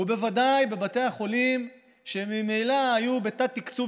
ובוודאי בבתי החולים שממילא היו בתת-תקצוב